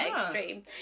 extreme